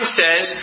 says